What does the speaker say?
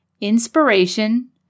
inspiration